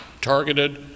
targeted